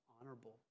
honorable